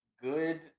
Good